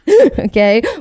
okay